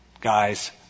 guys